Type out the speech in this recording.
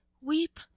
weep